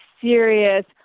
serious